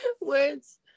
Words